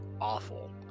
awful